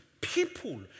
people